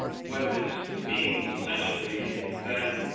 what this means, essentially, is that,